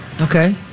Okay